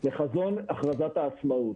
לחזון הכרזת העצמאות.